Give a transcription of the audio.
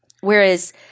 Whereas